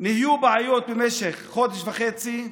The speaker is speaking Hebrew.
היו בעיות במשך חודש וחצי,